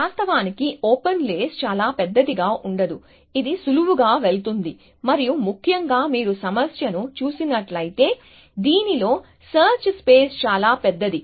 వాస్తవానికి open list చాలా పెద్దది గా ఉండదు ఇది సులువుగా వెళుతుంది మరియు ముఖ్యంగా మీరు సమస్యను చూస్తున్నట్లయితే దీనిలో సెర్చ్ స్పేస్ చాలా పెద్దది